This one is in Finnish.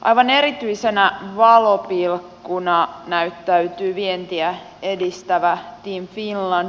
aivan erityisenä valopilkkuna näyttäytyy vientiä edistävä team finland